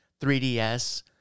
3DS